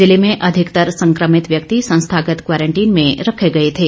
जिले में अधिकतर संक्रमित व्यक्ति संस्थागत क्वारंटीन में रखे गए थे